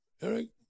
Eric